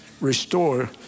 restore